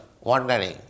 wandering